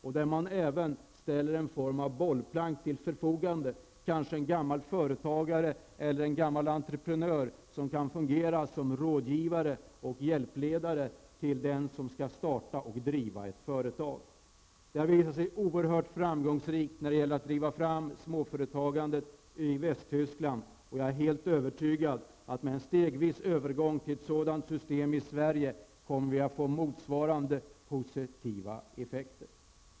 Man ställer även en form av bollplank till förfogande, t.ex. en gammal företagare eller en gammal entreprenör som kan fungera som rådgivare och hjälpledare till den som skall starta och driva ett företag. Det har visat sig oerhört framgångsrikt när det gäller att driva fram småföretagandet i Västtyskland. Jag är helt övertygad om att med en stegvis övergång till ett sådant system i Sverige kommer vi att få motsvarande positiva effekter.